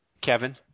Kevin